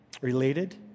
related